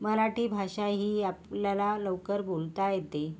मराठी भाषा ही आपल्याला लवकर बोलता येते